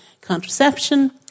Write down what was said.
contraception